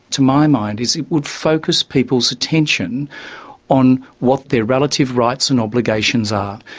to my mind, is it would focus people's attention on what their relative rights and obligations are,